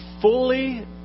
fully